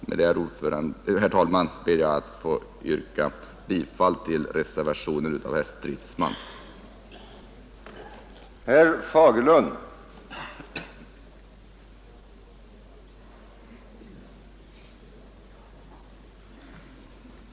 Med det anförda, herr talman, ber jag att få yrka bifall till reservationen av herrar Stridsman och Mattsson i Skee.